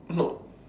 no